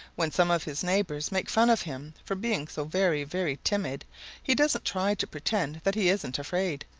when some of his neighbors make fun of him for being so very, very timid he doesn't try to pretend that he isn't afraid.